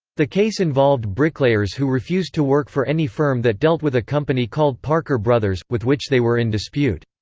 the case involved bricklayers who refused to work for any firm that dealt with a company called parker brothers, with which they were in dispute.